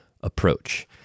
approach